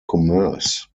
commerce